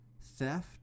theft